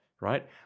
right